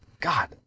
God